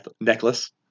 necklace